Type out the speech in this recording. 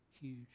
huge